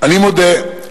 אני מודה,